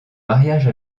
mariage